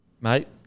mate